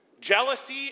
Jealousy